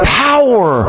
power